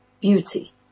beauty